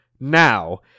now